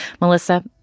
Melissa